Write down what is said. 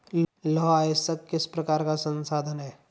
लौह अयस्क किस प्रकार का संसाधन है?